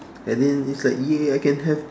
and then it's like !yay! I can have